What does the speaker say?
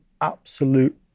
absolute